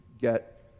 get